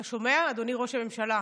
אתה שומע, אדוני ראש הממשלה?